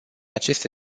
aceste